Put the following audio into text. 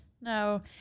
No